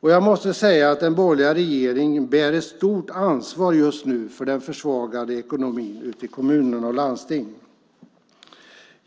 Den borgerliga regeringen bär just nu ett stort ansvar för den försvagade ekonomin i kommuner och landsting.